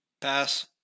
Pass